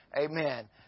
Amen